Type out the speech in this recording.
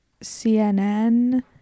cnn